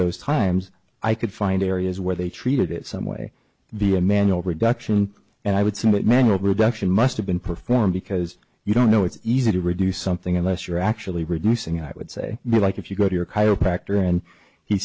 those times i could find areas where they treated it someway via manual production and i would submit manual production must have been performed because you don't know it's easy to reduce something unless you're actually reducing i would say more like if you go to your chiropractor and he